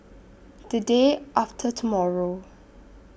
The Day after tomorrow